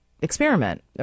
experiment